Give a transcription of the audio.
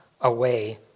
away